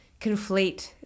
conflate